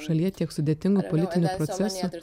šalyje tiek sudėtingų politinių procesų